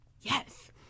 yes